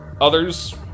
others